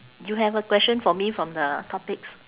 you have a question for me from the topics